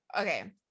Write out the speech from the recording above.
okay